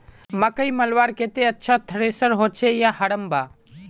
मकई मलवार केते अच्छा थरेसर होचे या हरम्बा?